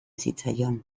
zitzaion